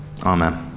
Amen